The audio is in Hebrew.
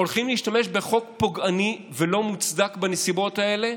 הולכים להשתמש בחוק פוגעני ולא מוצדק בנסיבות האלה